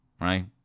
right